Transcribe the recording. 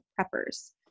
peppers